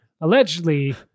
allegedly